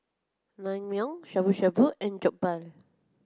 Naengmyeon Shabu shabu and Jokbal